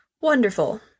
Wonderful